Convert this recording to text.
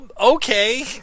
Okay